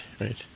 right